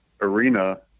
arena